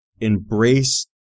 embrace